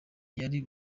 yari